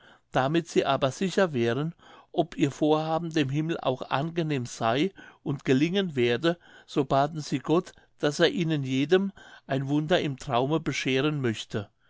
damit sie aber sicher wären ob ihr vorhaben dem himmel auch angenehm sey und gelingen werde so baten sie gott daß er ihnen jedem ein wunder im traume bescheren möchte